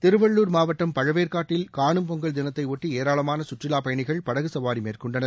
திருவள்ளுர் மாவட்டம் பழவேற்காட்டில் காணும் பொங்கல் தினத்தை ஒட்டி ஏராளமான சுற்றுலா பயணிகள் படகு சவாரி மேற்கொண்டனர்